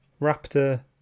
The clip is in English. raptor